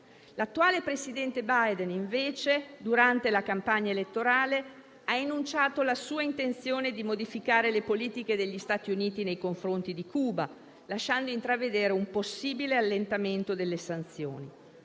L'attuale presidente Biden, invece, durante la campagna elettorale ha annunciato la sua intenzione di modificare le politiche degli Stati Uniti nei confronti di Cuba, lasciando intravedere un possibile allentamento delle sanzioni.